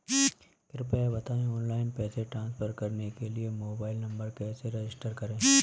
कृपया बताएं ऑनलाइन पैसे ट्रांसफर करने के लिए मोबाइल नंबर कैसे रजिस्टर करें?